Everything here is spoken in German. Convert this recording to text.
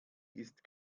ist